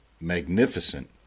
magnificent